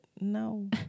no